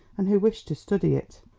and who wish to study it.